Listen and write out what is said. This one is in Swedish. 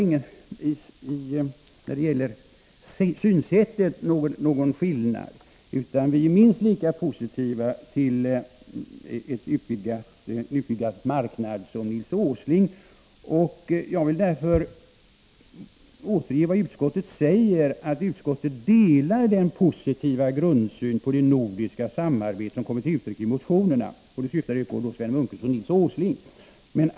När det gäller synsättet råder det alltså inga skillnader. Vi är minst lika positiva till en utvidgad marknad som Nils Åsling. Jag vill därför återge vad utskottet säger: ”Utskottet delar den positiva grundsyn på det nordiska samarbetet som kommer till uttryck i motionerna.” Det syftar på Sven Munkes och Nils Åslings motioner.